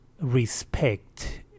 respect